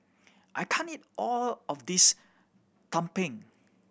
I can't eat all of this tumpeng